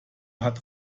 hat